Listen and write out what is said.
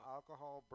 Alcohol